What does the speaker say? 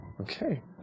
Okay